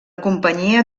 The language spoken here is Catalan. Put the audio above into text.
companyia